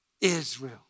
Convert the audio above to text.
Israel